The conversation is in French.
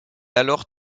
alors